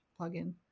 plugin